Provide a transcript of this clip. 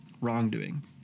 wrongdoing